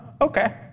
Okay